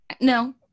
No